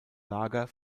lager